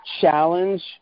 challenge